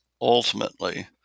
ultimately